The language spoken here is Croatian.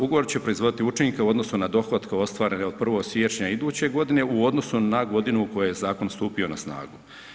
Ugovor će proizvoditi učinke u odnosu na dohotke ostvarene od 1. siječnja iduće godine u odnosu na godinu u kojoj je zakon stupio na snagu.